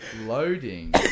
loading